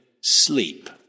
sleep